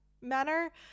manner